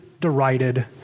derided